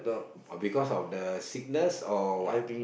or because of the sickness or what